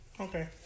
okay